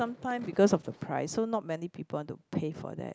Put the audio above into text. sometimes because of the price so not many people want to pay for that